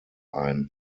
ein